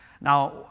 Now